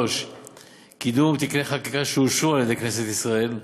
3. קידום תיקוני חקיקה שאושרו על-ידי כנסת ישראל,